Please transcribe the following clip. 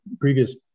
previous